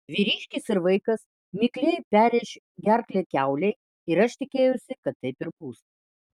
vyriškis ir vaikas mikliai perrėš gerklę kiaulei ir aš tikėjausi kad taip ir bus